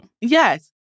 yes